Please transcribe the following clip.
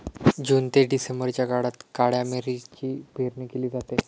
जून ते डिसेंबरच्या काळात काळ्या मिरीची पेरणी केली जाते